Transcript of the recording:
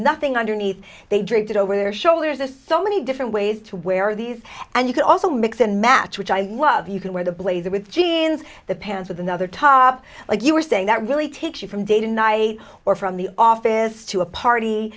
nothing underneath they drifted over their shoulders just so many different ways to wear these and you could also mix and match which i love you can wear the blazer with jeans the pants with another top like you were saying that really takes you from day to ny or from the office to a party